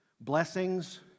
blessings